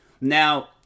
Now